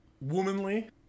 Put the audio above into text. womanly